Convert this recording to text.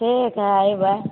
ठीक हइ अयबै